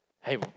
Hey